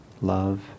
love